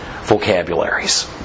vocabularies